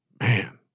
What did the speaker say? man